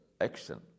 action